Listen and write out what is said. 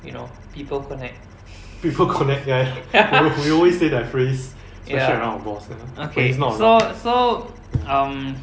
you know people connect ya okay so so um